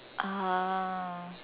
ah